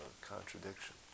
contradiction